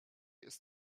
ist